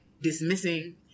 dismissing